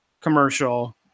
commercial